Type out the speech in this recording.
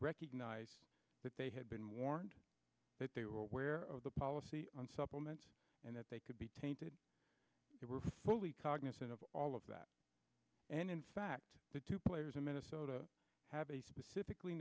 recognized that they had been warned that they were aware of the policy on supplements and that they could be tainted they were fully cognizant of all of that and in fact two players in minnesota have a specifically